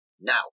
Now